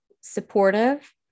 supportive